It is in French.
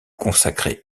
consacré